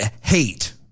hate